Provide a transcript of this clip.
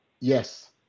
Yes